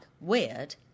weird